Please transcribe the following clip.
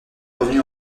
revenue